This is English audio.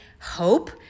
hope